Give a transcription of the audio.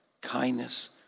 kindness